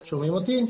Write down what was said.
פרץ,